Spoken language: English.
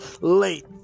Late